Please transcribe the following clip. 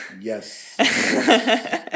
Yes